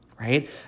right